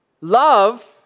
Love